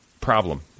problem